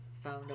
found